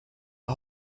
are